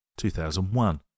2001